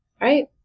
Right